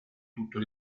tutto